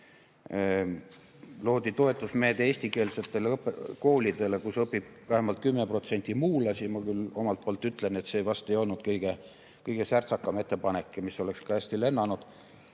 Loodi toetusmeede eestikeelsetele koolidele, kus õpib vähemalt 10% muulasi. Ma küll omalt poolt ütlen, et see vast ei olnud kõige särtsakam ettepanek, mis oleks ka hästi lennanud.